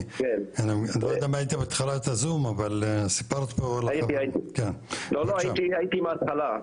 לא יודע אם היית בהתחלת הזום סיפרתי --- הייתי מהתחלה,